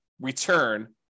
return